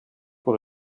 pour